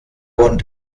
und